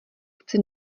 chci